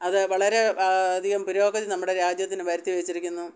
അതു വളരെ അധികം പുരോഗതി നമ്മുടെ രാജ്യത്തിനു വരുത്തി വെച്ചിരിക്കുന്നു